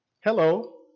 Hello